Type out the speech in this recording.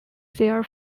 their